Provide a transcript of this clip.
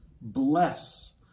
bless